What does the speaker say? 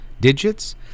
digits